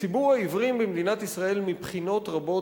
ציבור העיוורים במדינת ישראל מבחינות רבות,